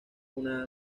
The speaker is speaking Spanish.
una